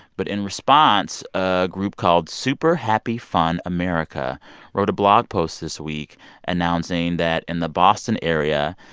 but in response, a group called super happy fun america wrote a blog post this week announcing that, in the boston area,